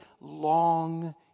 long